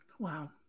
Wow